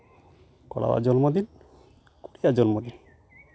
ᱠᱚᱲᱟᱣᱟᱜ ᱡᱚᱱᱢᱚ ᱫᱤᱱ ᱠᱩᱲᱤᱭᱟᱜ ᱡᱚᱱᱢᱚ ᱫᱤᱱ